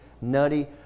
nutty